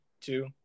two